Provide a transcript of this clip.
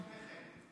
לפני כן,